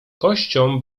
kością